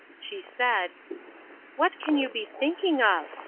she said what can you be thinking of?